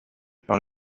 par